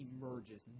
emerges